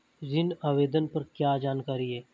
ऋण आवेदन पर क्या जानकारी है?